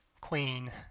queen